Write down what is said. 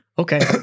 Okay